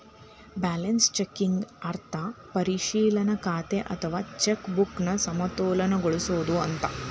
balance checking ಅರ್ಥ ಪರಿಶೇಲನಾ ಖಾತೆ ಅಥವಾ ಚೆಕ್ ಬುಕ್ನ ಸಮತೋಲನಗೊಳಿಸೋದು ಅಂತ